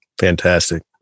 Fantastic